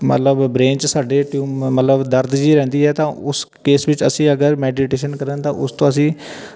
ਮਤਲਵ ਬਰੇਨ 'ਚ ਸਾਡੇ ਟਿਊ ਮਤਲਬ ਦਰਦ ਜਹੀ ਰਹਿੰਦੀ ਹੈ ਤਾਂ ਉਸ ਕੇਸ ਵਿੱਚ ਅਸੀਂ ਅਗਰ ਮੈਡੀਟੇਸ਼ਨ ਕਰਨ ਤਾਂ ਉਸ ਤੋਂ ਅਸੀਂ